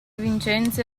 vincenzi